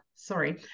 sorry